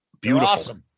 Beautiful